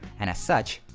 and as such,